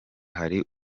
hari